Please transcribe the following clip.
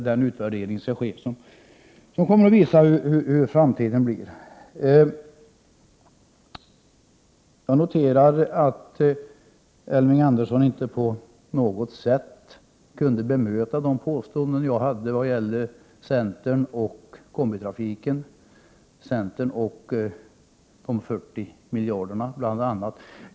Den utvärdering som då skall ske kommer att visa hur det blir i framtiden. Jag noterar att Elving Andersson inte på något sätt kunde bemöta mina påståenden om centern och kombitrafiken, om centern och de 40 miljarderna osv.